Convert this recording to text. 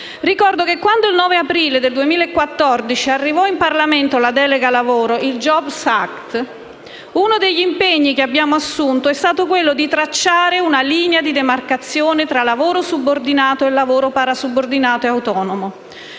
Ricordo che, quando il 9 aprile 2014 arrivò in Parlamento la delega sul lavoro, il jobs act, uno degli impegni che abbiamo assunto è stato quello di tracciare una linea di demarcazione tra il lavoro subordinato e il lavoro parasubordinato e autonomo.